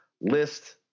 List